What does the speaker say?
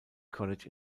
college